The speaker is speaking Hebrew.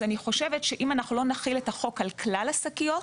אם לא נחיל את החוק על כלל השקיות,